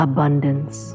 abundance